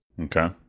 Okay